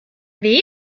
wem